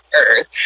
earth